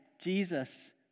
Jesus